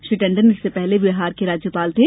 श्री टण्डन इससे पहले बिहार के राज्यपाल थे